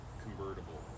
convertible